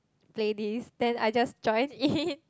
play this then I just join in